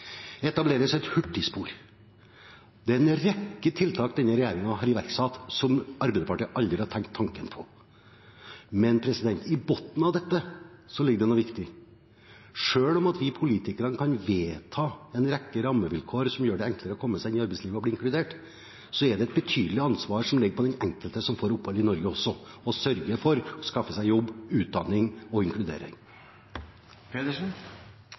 etableres et hurtigspor. Det er en rekke tiltak denne regjeringen har iverksatt som Arbeiderpartiet aldri har tenkt tanken på. Men i bunnen av dette ligger det noe viktig. Selv om vi politikere kan vedta en rekke rammevilkår som gjør det enklere å komme seg inn i arbeidslivet og bli inkludert, er det også et betydelig ansvar som ligger på den enkelte som får opphold i Norge, for å sørge for å skaffe seg jobb, utdanning og